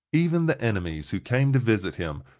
even the enemies who came to visit him,